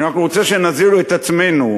אני רק רוצה שנבהיר את עצמנו: